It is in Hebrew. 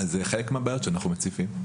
זה חלק מהבעיות שאנחנו מציפים.